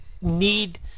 need